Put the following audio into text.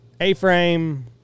A-Frame